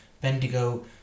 Bendigo